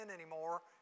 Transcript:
anymore